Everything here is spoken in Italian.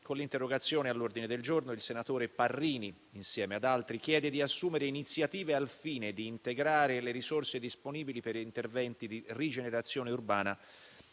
con l'interrogazione all'ordine del giorno il senatore Parrini, insieme ad altri senatori, chiede di assumere iniziative al fine di integrare le risorse disponibili per interventi di rigenerazione urbana